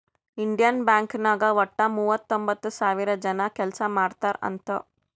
Indian Bank ನಾಗ್ ವಟ್ಟ ಮೂವತೊಂಬತ್ತ್ ಸಾವಿರ ಜನ ಕೆಲ್ಸಾ ಮಾಡ್ತಾರ್ ಅಂತ್